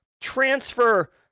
transfer